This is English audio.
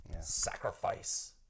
sacrifice